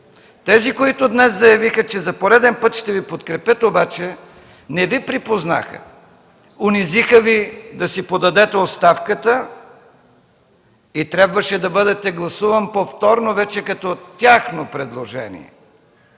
Тези, които днес заявиха, че за пореден път ще Ви подкрепят обаче, не Ви припознаха, унизиха Ви да си подадете оставката и трябваше да бъдете гласуван повторно вече като тяхно предложение!